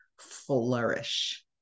flourish